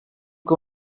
que